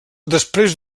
després